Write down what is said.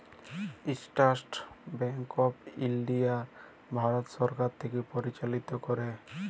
State bank of India Bharat সরকার থ্যাকে পরিচালিত ক্যরে